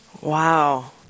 Wow